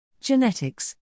Genetics